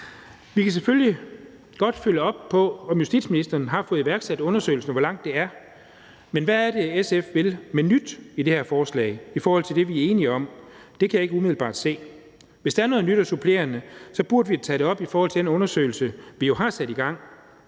Vi kan selvfølgelig godt følge op på, om justitsministeren har fået iværksat undersøgelsen, og hvor langt den er. Men hvad er det, SF vil af nye ting med det her forslag i forhold til det, vi er enige om? Det kan jeg ikke umiddelbart se. Hvis der er noget nyt og supplerende, burde vi tage det op i forhold til den undersøgelse, vi jo har sat i gang.